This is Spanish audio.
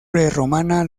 prerromana